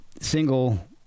single